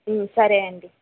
సరే అండి